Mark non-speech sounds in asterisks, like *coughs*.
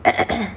*coughs*